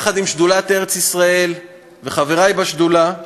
יחד עם שדולת ארץ-ישראל וחברי בשדולה,